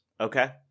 okay